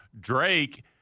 Drake